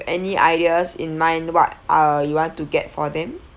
any ideas in mind what uh you want to get for them